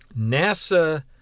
NASA